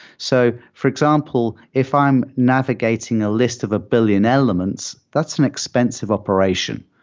so for example, if i'm navigating a list of a billion elements, that's an expensive operation.